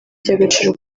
iby’agaciro